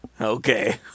Okay